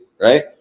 right